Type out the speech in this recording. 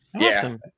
Awesome